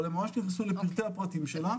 אבל הם נכנסו לפרטי-הפרטים שלה.